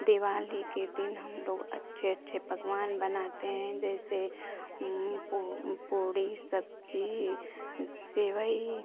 दिवाली के दिन हम लोग अच्छे अच्छे पकवान बनाते हैं जैसे पूड़ी सब्ज़ी सेवई